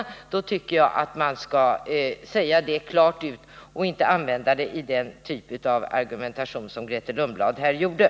I så fall tycker jag att man skall säga det klart ut och inte använda det i den typ av argumentation som Grethe Lundblad här framförde.